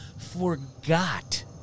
Forgot